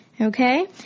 Okay